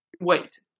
Wait